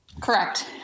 Correct